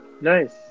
nice